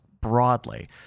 broadly